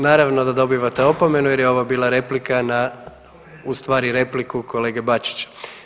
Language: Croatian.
Naravno da dobivate opomenu jer je ovo bila replika na, u stvari repliku kolege Bačića.